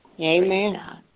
Amen